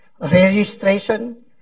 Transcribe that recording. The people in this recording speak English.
registration